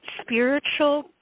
Spiritual